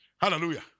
Hallelujah